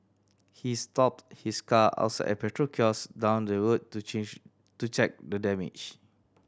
he stopped his car outside a petrol kiosk down the road to change to check the damage